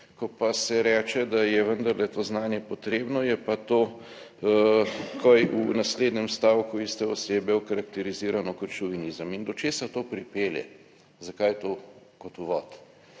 ko pa se reče, da je vendarle to znanje potrebno, je pa to takoj v naslednjem stavku iste osebe okarakterizirano kot šovinizem in do česa to pripelje, zakaj to kot uvod.